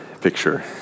picture